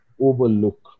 overlook